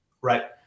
Right